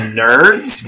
nerds